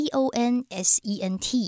Consent